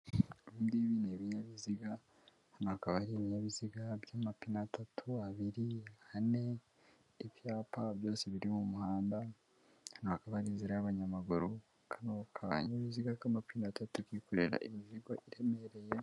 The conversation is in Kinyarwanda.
Ibi ngibi ni ibinyabiziga hano kaba ari ibinyabiziga by'amapine atatu abiri ane ibyapa byose biri mu muhanda hano hakaba hari inzira y'abanyamaguru kano kanyabiziga k'amapine atatu kikorera imizigo iremereye.